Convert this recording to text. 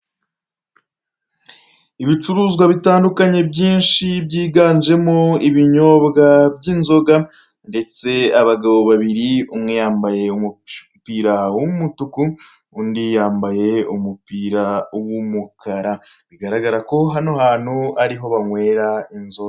Ibicuruzwa bitandukanye byinshi byiganjemo ibinyobwa by'inzoga ndetse abagabo babiri umwe yambaye umupira w'umutuku undi yambaye umupira w'umukara, bigaragara ko hano hantu ariho banywera inzoga.